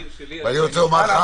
ואני רוצה לומר לך,